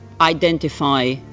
identify